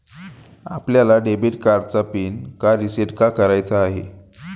आपल्याला डेबिट कार्डचा पिन का रिसेट का करायचा आहे?